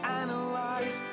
analyze